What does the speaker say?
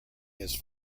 his